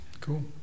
cool